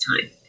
time